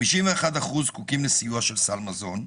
51% זקוקים לסיוע של סל מזון,